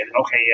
Okay